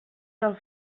del